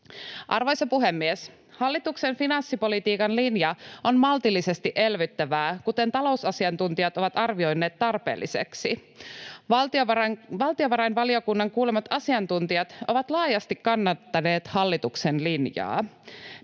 Arvoisa puhemies! Hallituksen finanssipolitiikan linja on maltillisesti elvyttävä, kuten talousasiantuntijat ovat arvioineet tarpeelliseksi. Valtiovarainvaliokunnan kuulemat asiantuntijat ovat laajasti kannattaneet hallituksen linjaa.